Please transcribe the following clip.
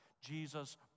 Jesus